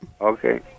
Okay